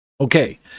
okay